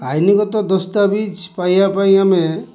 ଆଇନଗତ ଦସ୍ତାବିଜ ପାଇବା ପାଇଁ ଆମେ